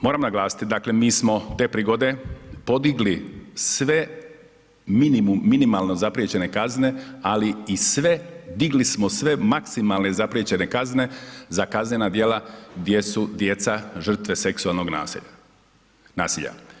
Moram naglasiti, dakle mi smo te prigode podigli sve minimalno zapriječene kazne, ali i sve digli smo sve maksimalne zapriječene kazne, za kaznena djela gdje su djeca žrtve seksualnog nasilja, nasilja.